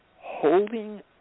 holding